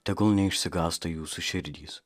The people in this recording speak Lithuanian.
tegul neišsigąsta jūsų širdys